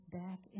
back